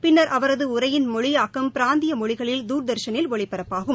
பிள்ளர் அவரது உரையின் மொழியாக்கம் பிராந்திய மொழிகளில் தூர்தர்ஷனில் ஒளிபரப்பாகும்